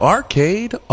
Arcade